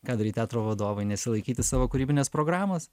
ką daryt teatro vadovui nesilaikyti savo kūrybinės programos